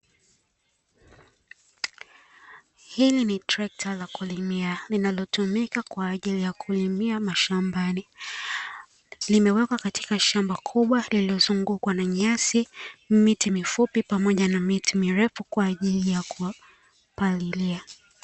Hili ni trekta la kulimia linalotumika kwaajili ya kulimia mashambani, limewekwa katika shamba kubwa lililozungukwa na nyasi , miti mifupi pamoja na miti mirefu kwa ajili ya kupalilia.